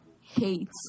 Hates